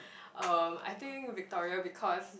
um I think Victoria because